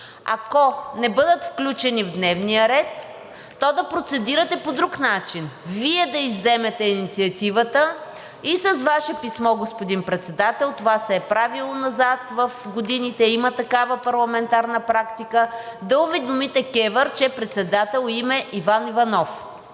ако не бъдат включени в дневния ред, то да процедирате по друг начин – Вие да изземете инициативата и с Ваше писмо, господин Председател, това се е правило назад в годините, има такава парламентарна практика, да уведомите КЕВР, че председател им е Иван Иванов.